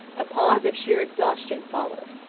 a pause of sheer exhaustion followed.